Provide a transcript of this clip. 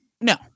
no